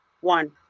one